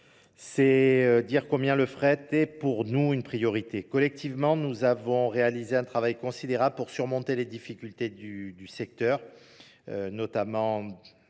c'est dire combien le fret est pour nous une priorité. Collectivement, nous avons réalisé un travail considérable pour surmonter les difficultés du secteur, notamment